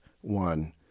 one